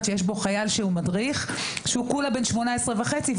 שיש בו חייל שהוא מדריך שהוא כולה בן 18 וחצי,